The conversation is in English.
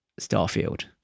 Starfield